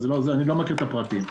אני לא מכיר את הפרטים,